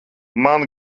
man